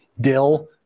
dill